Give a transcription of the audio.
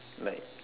like